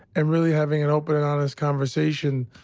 and really having an open and honest conversation